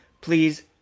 Please